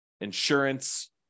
insurance